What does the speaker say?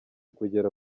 kugera